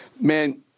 Man